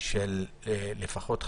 של לפחות 15%,